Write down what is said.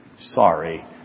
sorry